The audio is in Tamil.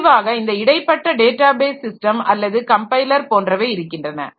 முடிவாக இந்த இடைப்பட்ட டேட்டாபேஸ் ஸிஸ்டம் அல்லது கம்பைலர் போன்றவை இருக்கின்றன